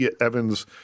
Evan's